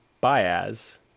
bias